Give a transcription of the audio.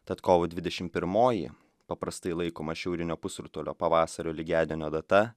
tad kovo dvidešimt pirmoji paprastai laikoma šiaurinio pusrutulio pavasario lygiadienio data